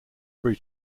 free